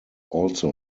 also